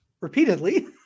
repeatedly